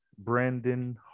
Brandon